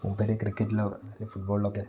മൂപ്പർ ക്രിക്കറ്റിലോ അല്ലെങ്കിൽ ഫുട്ബോളിലൊക്കെ